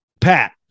Pat